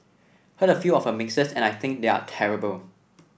heard a few of her mixes and I think they are terrible